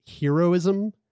heroism